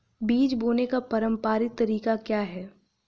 बीज बोने का पारंपरिक तरीका क्या है?